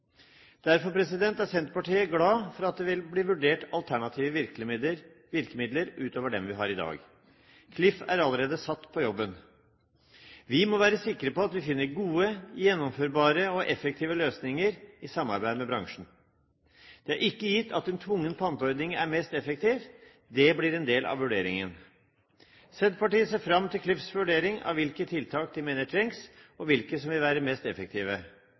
Derfor er Senterpartiet glad for at det vil bli vurdert alternative virkemidler utover dem vi har i dag. Klima- og forurensningsdirektoratet – Klif – er allerede satt på jobben. Vi må være sikre på at vi finner gode, gjennomførbare og effektive løsninger i samarbeid med bransjen. Det er ikke gitt at en tvungen panteordning er mest effektiv. Det blir en del av vurderingen. Senterpartiet ser fram til Klifs vurdering av hvilke tiltak de mener trengs, og hvilke som vil være mest effektive.